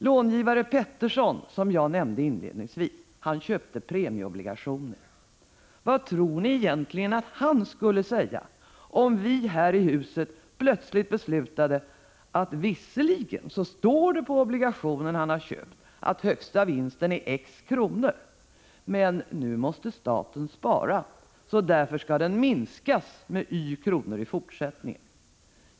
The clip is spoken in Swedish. Långivare Pettersson, som jag nämnde inledningsvis, köpte premieobligationer. Vad tror ni egentligen att han skulle säga, om vi här i huset plötsligt beslutade att visserligen står det på den obligation han köpt att högsta vinsten är x kronor, men nu måste staten spara så därför skall den minskas med y kronor i fortsättningen?